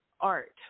art